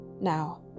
now